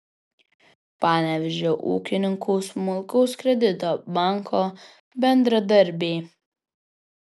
panevėžio ūkininkų smulkaus kredito banko bendradarbiai